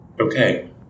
Okay